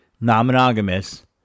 non-monogamous